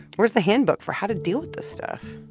where's the handbook for how to deal with this stuff?